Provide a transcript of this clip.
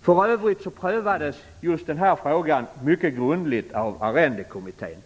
För övrigt prövades denna fråga mycket grundligt av Arrendekommittén.